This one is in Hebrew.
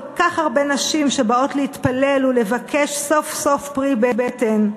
כך הרבה נשים שבאות להתפלל ולבקש סוף-סוף פרי בטן,